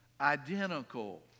identical